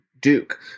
Duke